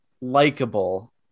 likable